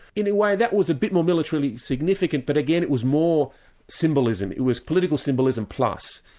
in a way that was a bit more militarily significant but again it was more symbolism, it was political symbolism plus.